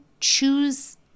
choose